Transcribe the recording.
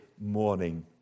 morning